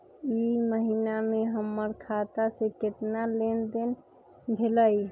ई महीना में हमर खाता से केतना लेनदेन भेलइ?